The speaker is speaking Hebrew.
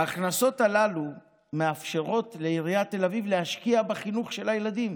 ההכנסות האלה מאפשרות לעיריית תל אביב להשקיע בחינוך של הילדים